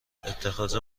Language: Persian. اتخاذ